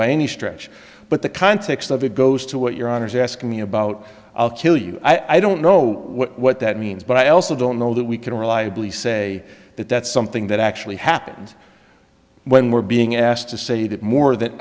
by any stretch but the context of it goes to what your honour's asked me about i'll kill you i don't know what that means but i also don't know that we can reliably say that that's something that actually happened when we're being asked to say that more that